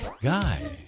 guy